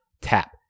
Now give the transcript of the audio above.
tap